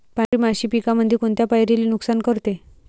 पांढरी माशी पिकामंदी कोनत्या पायरीले नुकसान करते?